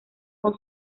con